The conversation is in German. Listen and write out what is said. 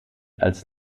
als